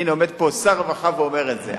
הנה, עומד פה שר הרווחה, ואומר את זה.